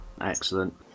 Excellent